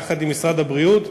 עם משרד הבריאות.